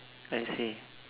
I see